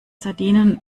sardinen